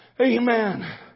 Amen